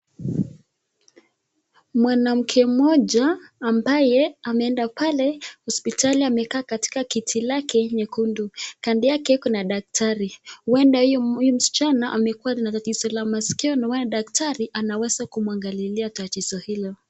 Mwanamke mmoja ambaye ameenda pale hospitali amekaa katika kiti lake nyekundu. Kando yake kuna daktari, huenda huyu msichana amekua na tatizo la maskio ndio kwa maana daktari ameweza kumwangalia tatizo hilo.